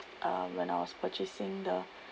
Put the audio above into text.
uh when I was purchasing the